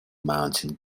mountain